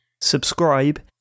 Subscribe